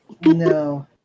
No